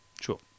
Sure